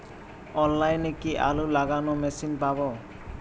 অনলাইনে কি আলু লাগানো মেশিন পাব?